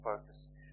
focus